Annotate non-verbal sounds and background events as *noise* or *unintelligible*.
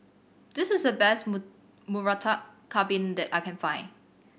this is the best *unintelligible* Murtabak Kambing that I can find